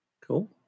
Cool